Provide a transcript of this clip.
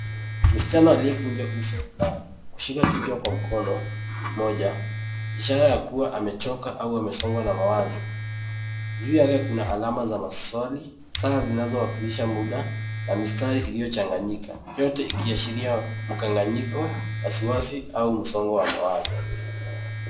Msichana aliyekunja uso na kushika kichwa kwa mkono mmoja, ishara ya kuwa amechoka au amesongwa na mawazo. Juu yake kuna alama za maswali, saa zinazowakilisha muda na mistari iliyochanganyika, yote ikiashiria mkanganyiko, wasiwasi au msongo wa mawazo.